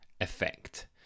effect